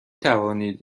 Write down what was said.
توانید